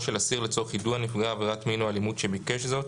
של אסיר לצורך יידוע נפגע עבירת מין או אלימות שביקש זאת".